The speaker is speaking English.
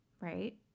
right